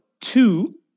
Two